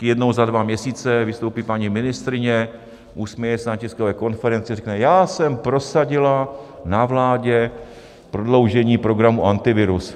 Jednou za dva měsíce vystoupí paní ministryně, usměje se na tiskové konferenci a řekne: Já jsem prosadila na vládě prodloužení programu Antivirus.